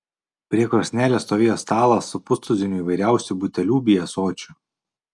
prie krosnelės stovėjo stalas su pustuziniu įvairiausių butelių bei ąsočių